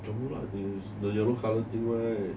cempedak is the yellow colour right